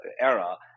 ERA